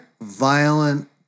violent